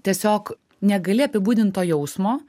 tiesiog negali apibūdint to jausmo